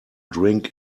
drink